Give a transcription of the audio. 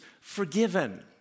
forgiven